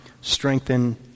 strengthen